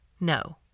no